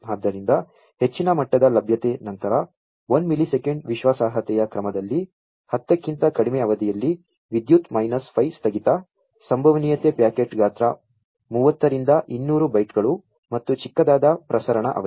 ಆದ್ದರಿಂದ ಹೆಚ್ಚಿನ ಮಟ್ಟದ ಲಭ್ಯತೆ ನಂತರ 1 ಮಿಲಿಸೆಕೆಂಡ್ ವಿಶ್ವಾಸಾರ್ಹತೆಯ ಕ್ರಮದಲ್ಲಿ 10 ಕ್ಕಿಂತ ಕಡಿಮೆ ಅವಧಿಯಲ್ಲಿ ವಿದ್ಯುತ್ ಮೈನಸ್ 5 ಸ್ಥಗಿತ ಸಂಭವನೀಯತೆ ಪ್ಯಾಕೆಟ್ ಗಾತ್ರ ಮೂವತ್ತರಿಂದ 200 ಬೈಟ್ಗಳು ಮತ್ತು ಚಿಕ್ಕದಾದ ಪ್ರಸರಣ ಅವಧಿ